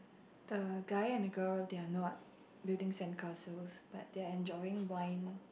the guy and a girl they are not building sand castles but they are enjoying wine